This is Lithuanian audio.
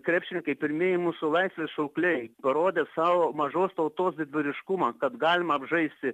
krepšininkai pirmieji mūsų laisvės šaukliai parodė savo mažos tautos didvyriškumą kad galima apžaisti